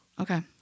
Okay